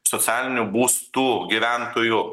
socialinių būstų gyventojų